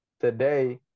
Today